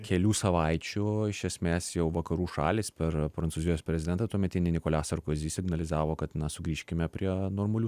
kelių savaičių iš esmės jau vakarų šalys per prancūzijos prezidentą tuometinį nikolia sarkozy signalizavo kad sugrįžkime prie normalių